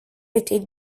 étaient